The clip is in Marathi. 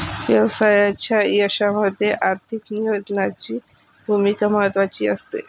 व्यवसायाच्या यशामध्ये आर्थिक नियोजनाची भूमिका महत्त्वाची असते